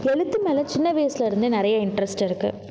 எழுத்து மேல் சின்ன வயசுலேருந்தே நிறைய இன்ட்ரஸ்ட் இருக்கு